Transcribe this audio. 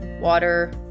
water